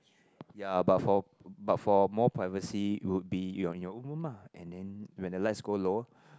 ya but for but for more privacy it would be in your in your own room ah and then when the lights go low